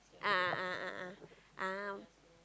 a'ah a'ah a'ah ah